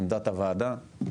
עמדת הוועדה,